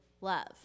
love